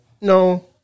No